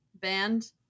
band